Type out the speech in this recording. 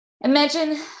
imagine